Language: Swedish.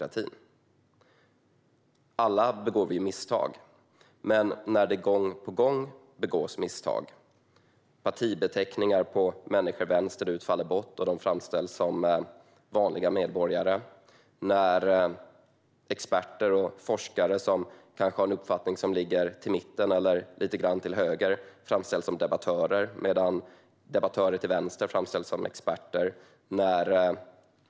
Alla begår vi misstag, men här begås det misstag gång på gång: Partibeteckningar på människor vänsterut faller bort, och de framställs som vanliga medborgare. Experter och forskare som har en uppfattning som ligger i mitten eller lite grann till höger framställs som debattörer, medan debattörer till vänster framställs som experter.